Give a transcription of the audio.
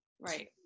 right